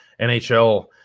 NHL